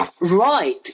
Right